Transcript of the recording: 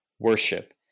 worship